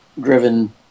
driven